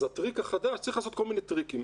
אז צריך לעשות כל מיני טריקים.